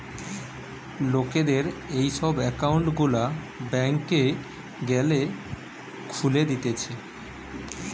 লোকদের এই সব একউন্ট গুলা ব্যাংকে গ্যালে খুলে দিতেছে